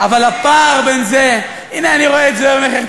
אבל הפער בין זה, הנה, אני רואה את זוהיר מחייך.